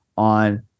on